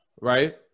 Right